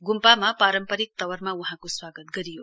ग्रम्पामा पाम्परिक तवरमा वहाँको स्वागत गरियो